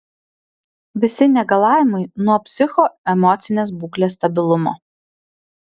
visi negalavimai nuo psichoemocinės būklės stabilumo